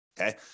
okay